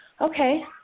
Okay